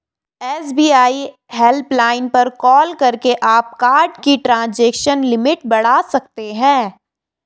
SBI helpline पर call करके आप कार्ड की ट्रांजैक्शन लिमिट बढ़ा सकते हैं